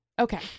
Okay